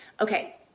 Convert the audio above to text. okay